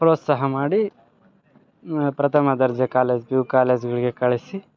ಪ್ರೋತ್ಸಾಹ ಮಾಡಿ ಪ್ರಥಮ ದರ್ಜೆ ಕಾಲೇಜ್ ಪಿ ಯು ಕಾಲೇಜ್ಗಳಿಗೆ ಕಳಿಸಿ